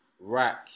Rack